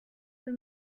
für